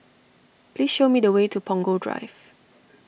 please show me the way to Punggol Drive